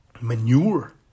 Manure